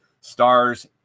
Stars